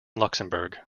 luxembourg